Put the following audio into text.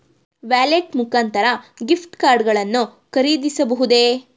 Wallet ಮುಖಾಂತರ gift card ಗಳನ್ನು ಖರೀದಿಸಬಹುದೇ?